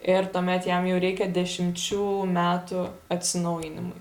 ir tuomet jam jau reikia dešimčių metų atsinaujinimui